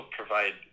provide